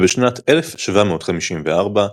ובשנת 1754,